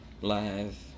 live